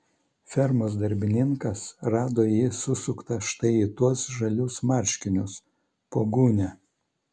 fermos darbininkas rado jį susuktą štai į tuos žalius marškinius po gūnia